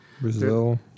Brazil